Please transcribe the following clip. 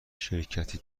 شرکتی